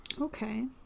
Okay